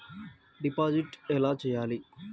Deposit ఎలా చెయ్యాలి?